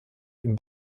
ihm